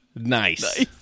Nice